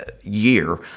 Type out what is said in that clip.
year